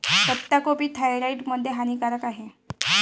पत्ताकोबी थायरॉईड मध्ये हानिकारक आहे